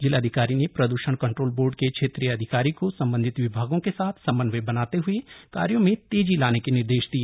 जिलाधिकारी ने प्रद्षण कंट्रोल बोर्ड के क्षेत्रीय अधिकारी को सम्बन्धित विभागों के साथ समन्वय बनाते हये कार्यो में तेजी लाने के निर्देश दिए